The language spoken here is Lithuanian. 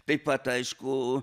taip pat aišku